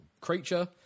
creature